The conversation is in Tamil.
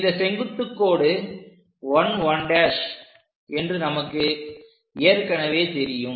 இந்த செங்குத்து கோடு 1 1 என்று நமக்கு ஏற்கனவே தெரியும்